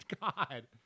god